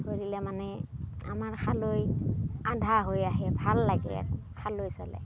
ধৰিলে মানে আমাৰ খালৈ আধা হৈ আহে ভাল লাগে খালৈ চালে